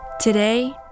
Today